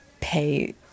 pay